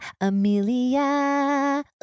Amelia